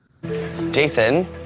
Jason